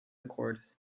accord